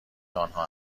آنها